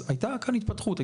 אז הייתה כאן התפתחות.